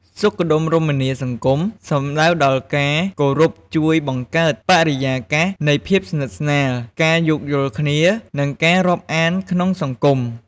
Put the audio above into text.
សុខដុមរមនាសង្គម សំដៅដល់ការគោរពជួយបង្កើតបរិយាកាសនៃភាពស្និទ្ធស្នាល ការយោគយល់គ្នា និងការរាប់អានក្នុងសង្គម។